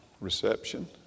Reception